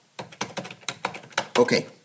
Okay